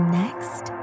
next